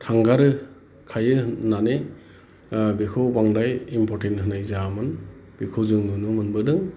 थांगार खायो होननानै बेखौ बांद्राय इम्परटेन्ट होनाय जायामोन बेखौ जों नुनो मोनबोदों